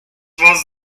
was